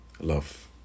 Love